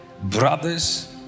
brothers